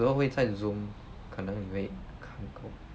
有时候会在 zoom 可能你会